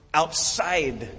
outside